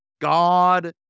God